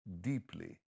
deeply